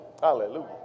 Hallelujah